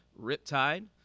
Riptide